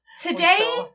Today